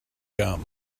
gum